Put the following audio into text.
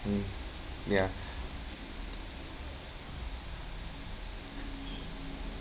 mm ya